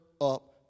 up